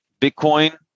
bitcoin